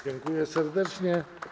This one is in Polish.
Dziękuję serdecznie.